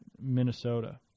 Minnesota